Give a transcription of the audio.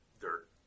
dirt